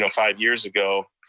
you know five years ago.